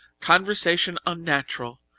conversation unnatural.